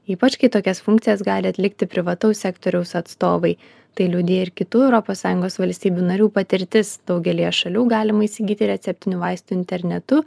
ypač kai tokias funkcijas gali atlikti privataus sektoriaus atstovai tai liudija ir kitų europos sąjungos valstybių narių patirtis daugelyje šalių galima įsigyti receptinių vaistų internetu